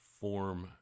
form